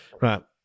right